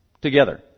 Together